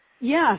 yes